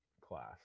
class